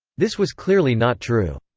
this was clearly not true.